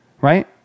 right